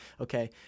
okay